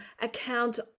account